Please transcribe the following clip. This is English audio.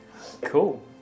Cool